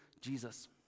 Jesus